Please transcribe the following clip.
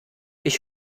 ich